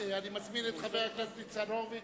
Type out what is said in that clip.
אני מזמין את חבר הכנסת ניצן הורוביץ